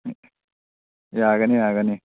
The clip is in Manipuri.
ꯌꯥꯒꯅꯤ ꯌꯥꯒꯅꯤ